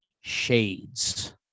shades